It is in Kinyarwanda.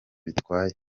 bitwaye